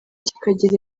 kikagira